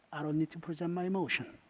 i don't need to present my motion.